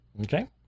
Okay